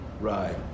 Right